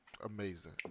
Amazing